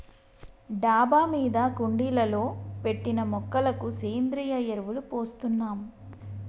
డాబా మీద కుండీలలో పెట్టిన మొక్కలకు సేంద్రియ ఎరువులు పోస్తున్నాం